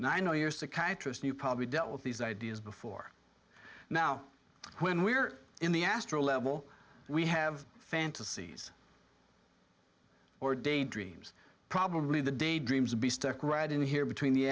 and i know your psychiatrist knew probably dealt with these ideas before now when we are in the astral level we have fantasies or daydreams probably the daydreams be stuck right in here between the